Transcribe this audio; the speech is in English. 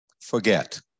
Forget